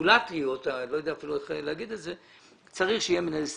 רגולטיביות צריך שיהיה מנהל סניף,